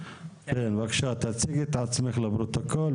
כן בבקשה, תציגי את עצמך לפרוטוקול.